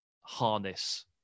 harness